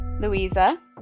Louisa